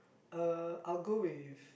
uh I'll go with